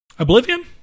Oblivion